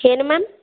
ಏನು ಮ್ಯಾಮ್